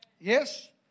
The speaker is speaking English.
Yes